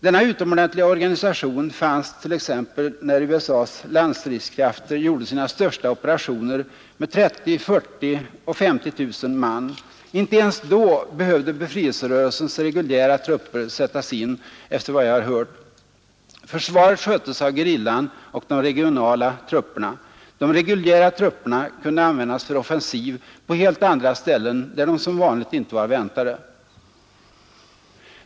Denna utomordentliga organisation fanns t.ex. när USA:s landstridskrafter gjorde sina största operationer med 30 000, 40 000 och 50 000 man. Inte ens då behövde befrielserörelsens reguljära trupper sättas in, efter vad jag har hört. Försvaret sköttes av gerillan och de regionala trupperna, och de reguljära trupperna kunde användas för offensiv på helt andra ställen, där de som vanligt inte var väntade.